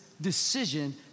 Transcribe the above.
decision